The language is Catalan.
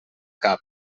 cap